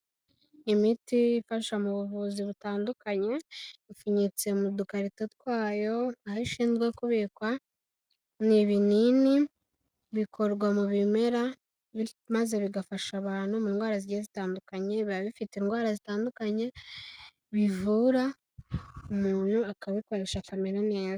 Imiti ifasha mu buvuzi butandukanye, ipfunyitse mu dukarita twayo aho ishinzwe kubikwa. Ni ibinini bikorwa mu bimera maze bigafasha abantu mu ndwara zigiye zitandukanye, biba bifite indwara zitandukanye bivura umuntu akabikoresha akamera neza.